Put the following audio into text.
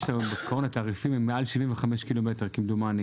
יש היום בעקרון התעריפים הם מעל 75 קילומטר כמדומני,